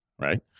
right